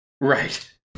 Right